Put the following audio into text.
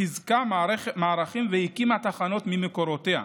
חיזקה מערכים והקימה תחנות ממקורותיה,